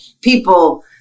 people